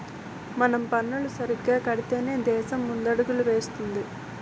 మనం పన్నులు సరిగ్గా కడితేనే దేశం ముందడుగులు వేస్తుంది